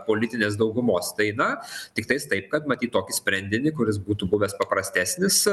politinės daugumos tai na tiktais taip kad matyt tokį sprendinį kuris būtų buvęs paprastesnis